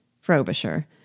Frobisher